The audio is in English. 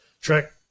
track